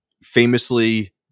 famously